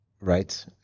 right